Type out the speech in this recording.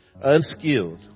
Unskilled